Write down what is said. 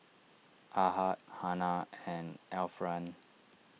Ahad Hana and Alfian